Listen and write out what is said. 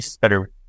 better